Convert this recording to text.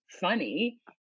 funny